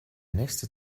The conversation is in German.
nächste